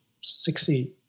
succeed